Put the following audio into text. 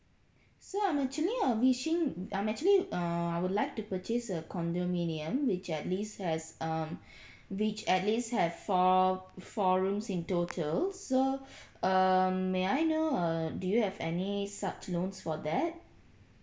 so I'm actually uh wishing I'm actually err I would like to purchase a condominium which at least has um which at least have four four rooms in total so um may I know err do you have any such loans for that